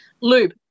lube